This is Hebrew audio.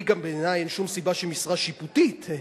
בעיני אין שום סיבה שמשרה שיפוטית,